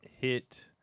hit